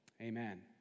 Amen